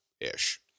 ish